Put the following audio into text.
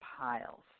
piles